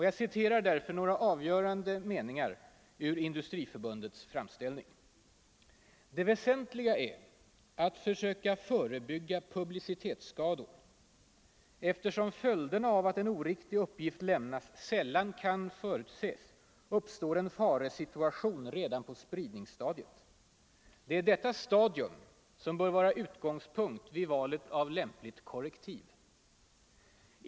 Jag citerar därför några avgörande meningar ur Industriförbundets framställning: ”Det väsentliga är -——- att söka förebygga publicitetsskador ——— Eftersom följderna av att en oriktig uppgift lämnas sällan kan förutses uppstår en faresituation redan på spridningsstadiet. Det är detta stadium som bör vara utgångspunkt vid valet av lämpligt korrektiv.